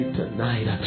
tonight